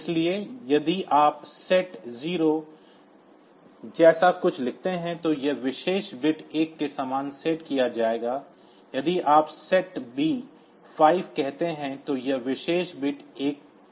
इसलिए यदि आप SETB 0 जैसा कुछ लिखते हैं तो यह विशेष बिट 1 के समान सेट किया जाएगा यदि आप SETB 5 कहते हैं तो यह विशेष बिट 1 पर सेट हो जाएगा